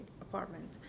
apartment